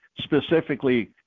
specifically